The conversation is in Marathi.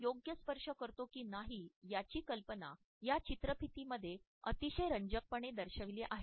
तो योग्य स्पर्श करतो की नाही याची कल्पना या चित्रफितीमध्ये अतिशय रंजकपणे दर्शविली आहे